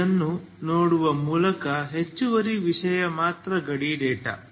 ಇದನ್ನು ನೋಡುವ ಮೂಲಕ ಹೆಚ್ಚುವರಿ ವಿಷಯ ಮಾತ್ರ ಗಡಿ ಡೇಟಾ